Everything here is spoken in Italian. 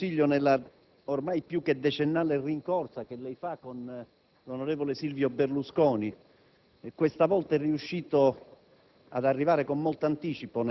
signor Presidente del Consiglio, nella ormai più che decennale rincorsa che lei fa con l'onorevole Silvio Berlusconi, questa volta è riuscito